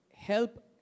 Help